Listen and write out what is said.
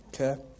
Okay